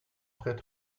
traits